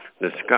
Discuss